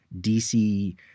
DC